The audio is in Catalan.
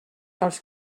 els